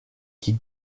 qui